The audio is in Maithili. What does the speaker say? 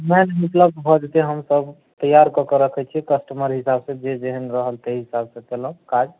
नहि नहि उपलब्ध भऽ जेतै हमसभ तैयार कऽ के रखैत छियै कस्टमर हिसाबसँ जे जेहन रहल ताहि हिसाबसँ केलहुँ काज